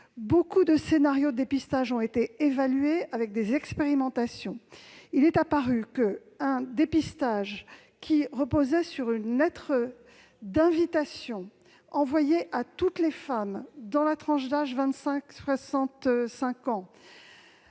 De nombreux scénarios de dépistage ont été évalués avec des expérimentations. Il est apparu qu'un dépistage tous les trois ans qui reposait sur une lettre d'invitation envoyée à toutes les femmes dans la tranche d'âge 25-65 ans,